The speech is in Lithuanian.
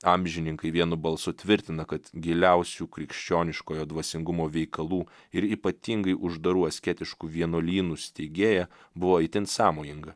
amžininkai vienu balsu tvirtina kad giliausių krikščioniškojo dvasingumo veikalų ir ypatingai uždarų asketiškų vienuolynų steigėja buvo itin sąmojinga